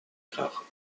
крах